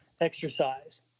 exercise